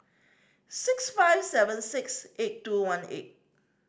six five seven six eight two one eight